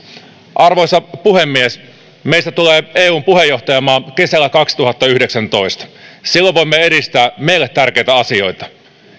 arvoisa puhemies meistä tulee eun puheenjohtajamaa kesällä kaksituhattayhdeksäntoista silloin voimme edistää meille tärkeitä asioita